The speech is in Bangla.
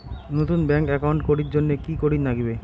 নতুন ব্যাংক একাউন্ট করির জন্যে কি করিব নাগিবে?